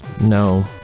No